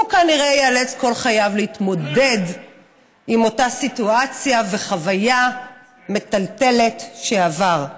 הוא כנראה ייאלץ כל חייו להתמודד עם אותה סיטואציה וחוויה מטלטלת שעבר.